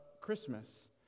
Christmas